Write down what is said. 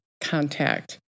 contact